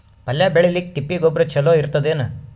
ಪಲ್ಯ ಬೇಳಿಲಿಕ್ಕೆ ತಿಪ್ಪಿ ಗೊಬ್ಬರ ಚಲೋ ಇರತದೇನು?